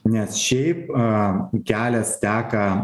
nes šiaip a kelias teka